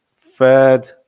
third